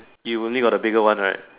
you only got the bigger one right